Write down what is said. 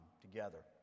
together